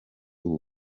ubu